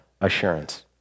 assurance